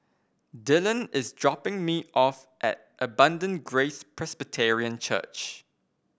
Dillan is dropping me off at Abundant Grace Presbyterian Church